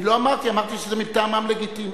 אמרתי שזה מטעמם לגיטימי.